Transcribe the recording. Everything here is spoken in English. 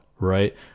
Right